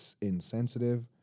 insensitive